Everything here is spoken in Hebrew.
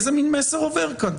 איזה מן מסר עובר כאן?